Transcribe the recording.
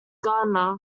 garner